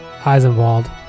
Eisenwald